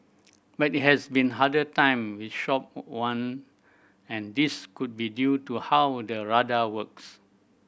but it has been harder time with shop one and this could be due to how the radar works